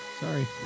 Sorry